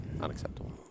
Unacceptable